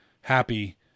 happy